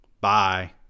Bye